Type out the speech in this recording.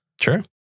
Sure